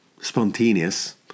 spontaneous